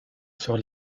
sur